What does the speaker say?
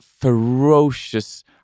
ferocious